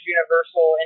Universal